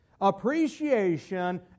appreciation